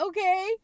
Okay